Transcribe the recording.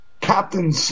Captain